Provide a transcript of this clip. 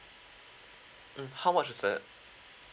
um how much is that